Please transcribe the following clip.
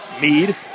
Mead